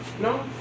No